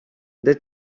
that